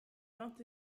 vingt